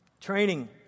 Training